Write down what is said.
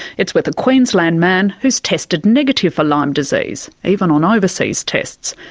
it's with a queensland man who's tested negative for lyme disease, even on overseas tests.